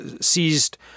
seized